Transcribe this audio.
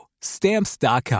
Stamps.com